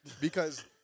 because-